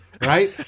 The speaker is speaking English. Right